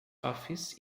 office